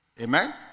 Amen